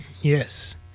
Yes